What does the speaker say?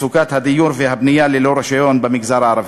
מצוקת הדיור והבנייה ללא רישיון במגזר הערבי.